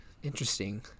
Interesting